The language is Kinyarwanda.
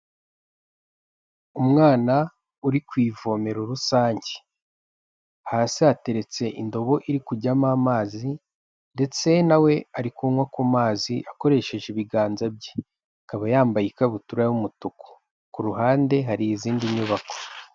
Umwana uri ku ivomero rusange; hasi hateretse indobo iri kujyamo amazi ndetse nawe ari kunywa ku mazi akoresheje ibiganza bye; akaba yambaye ikabutura y'umutuku ku ruhande hari izindi nyubako.